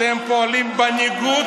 אתם פועלים בניגוד